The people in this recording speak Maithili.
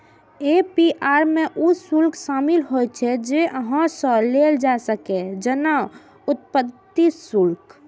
ए.पी.आर मे ऊ शुल्क शामिल होइ छै, जे अहां सं लेल जा सकैए, जेना उत्पत्ति शुल्क